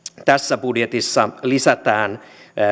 tässä budjetissa lisätään